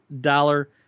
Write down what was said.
dollar